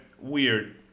weird